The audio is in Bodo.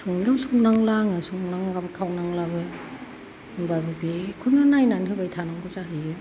संनायाव संनांला आङो संनांलाबो खावनांलाबो होनबाबो बेखौनो नायना होबाय थानांगौ जाहैयो